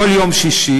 כל יום שישי,